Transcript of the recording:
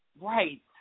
Right